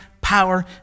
power